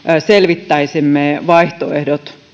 selvittäisimme vaihtoehdot